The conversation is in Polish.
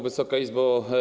Wysoka Izbo!